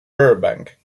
burbank